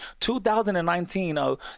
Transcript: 2019